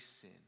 sin